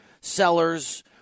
sellers